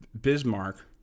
Bismarck